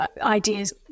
ideas